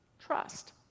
trust